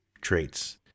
traits